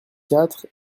quatre